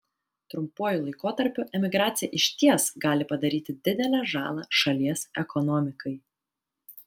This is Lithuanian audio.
trumpuoju laikotarpiu emigracija išties gali padaryti didelę žalą šalies ekonomikai